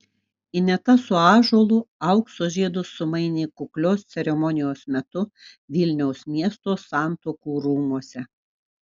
ineta su ąžuolu aukso žiedus sumainė kuklios ceremonijos metu vilniaus miesto santuokų rūmuose